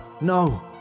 No